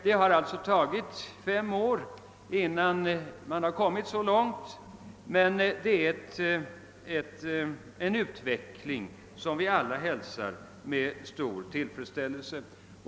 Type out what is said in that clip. Det har alltså tagit fem år, innan man har kommit så långt, men det är en utveckling som vi alla hälsar med stor tillfredsställelse.